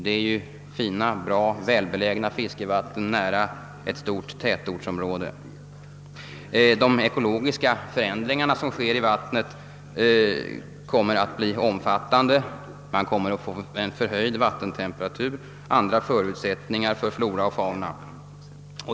Det är här fråga om bra och välbelägna fiskevatten, nära ett stort tätortsområde. De ekologiska förändringar som sker i vattnet kommer att bli omfattande. Man kommer att få en förhöjd vattentemperatur, andra förutsättningar för flora och fauna.